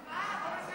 הצבעה.